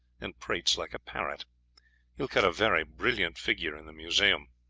and prates like a parrot. he will cut a very brilliant figure in the museum.